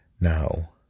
Now